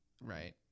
Right